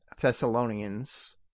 Thessalonians